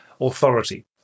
authority